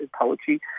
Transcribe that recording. poetry